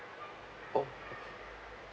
oh